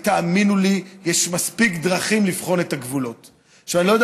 תאמינו לי, יש מספיק דרכים לבחון את הגבולות.